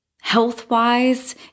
health-wise